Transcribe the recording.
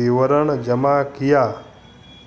विवरण जमा किया